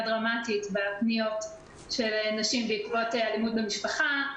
דרמטית בפניות של נשים בעקבות אלימות במשפחה.